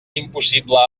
impossible